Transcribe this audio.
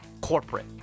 corporate